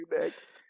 next